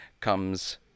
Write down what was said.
comes